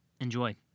Enjoy